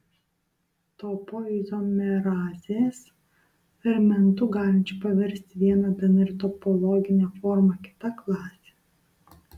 topoizomerazės fermentų galinčių paversti vieną dnr topologinę formą kita klasė